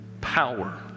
power